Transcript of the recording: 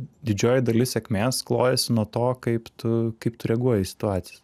didžioji dalis sėkmės klojasi nuo to kaip tu kaip tu reaguoji į situacijas